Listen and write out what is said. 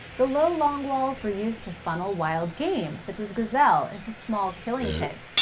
the low, long walls were used to funnel wild game, such as gazelle, into small killing pits,